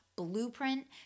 blueprint